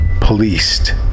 policed